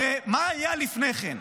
הרי מה היה לפני כן?